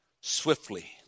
swiftly